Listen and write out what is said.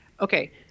okay